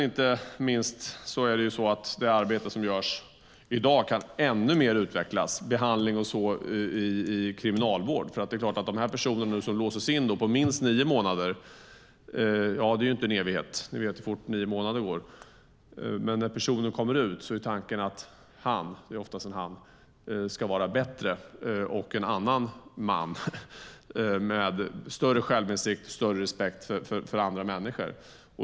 Inte minst kan det arbete som görs i dag utvecklas ännu mer med exempelvis behandling i kriminalvården. När en sådan här person, som oftast är en han, som nu låses in i minst nio månader - alla vet hur fort nio månader går - kommer ut är tanken att han ska vara bättre än tidigare och ha blivit en annan man med större självinsikt och större respekt för andra människor.